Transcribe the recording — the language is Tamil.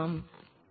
சரி